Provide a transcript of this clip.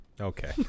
Okay